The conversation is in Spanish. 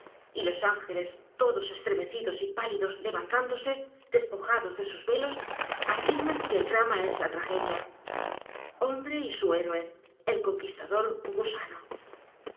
y los ángeles todos estremecidos y pálidos levantándose despojados de sus velos afirman que el d r a m a es la tragedia hombre y su héroe el conquistador